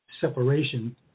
separation